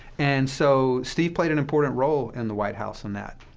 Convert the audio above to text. and so steve played an important role in the white house in that.